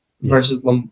versus